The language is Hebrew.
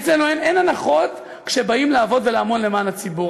אצלנו אין הנחות כשבאים לעבוד ולעמול למען הציבור.